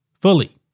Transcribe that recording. fully